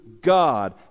God